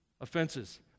Offenses